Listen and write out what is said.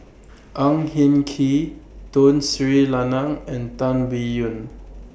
Ang Hin Kee Tun Sri Lanang and Tan Biyun